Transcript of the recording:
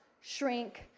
shrink